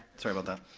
sorry about that.